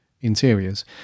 interiors